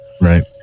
Right